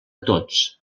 tots